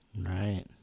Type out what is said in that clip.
Right